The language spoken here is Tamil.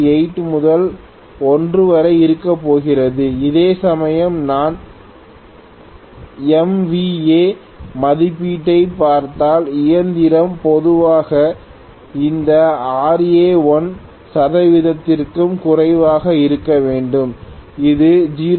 8 முதல் 1 வரை இருக்கப்போகிறது அதேசமயம் நான் MVA மதிப்பீட்டைப் பார்த்தால் இயந்திரம் பொதுவாக இந்த Ra 1 சதவிகிதத்திற்கும் குறைவாக இருக்க வேண்டும் அது 0